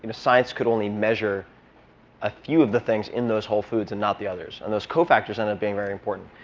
and science could only measure a few of the things in those whole foods and not the others. and those cofactors ended up being very important.